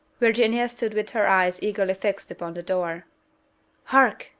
virginia stood with her eyes eagerly fixed upon the door hark!